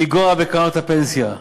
לגעת בקרנות הפנסיה,